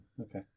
okay